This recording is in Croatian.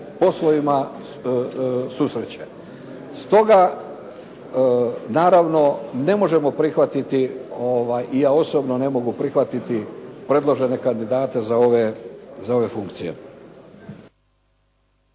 poslovima susreće. Stoga, naravno ne možemo prihvatiti i ja osobno ne mogu prihvatiti predložene kandidate za ove funkcije.